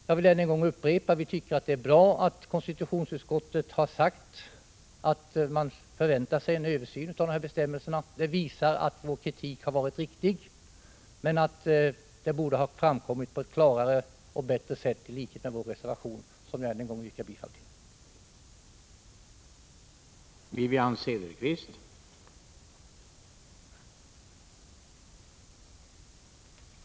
Jag vill upprepa att vi tycker att det är bra att konstitutionsutskottet har sagt att man förväntar sig en översyn av bestämmelserna. Det visar att vår kritik har varit riktig, men det borde ha kommit fram på ett klarare och bättre sätt, i enlighet med vår reservation, som jag än en gång yrkar bifall till.